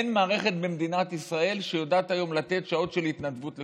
אין מערכת במדינת ישראל שיודעת היום לתת שעות של התנדבות לכולם.